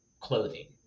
clothing